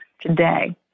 Today